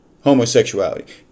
homosexuality